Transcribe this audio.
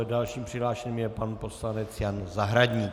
Dalším přihlášeným je pan poslanec Jan Zahradník.